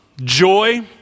joy